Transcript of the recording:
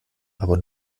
aber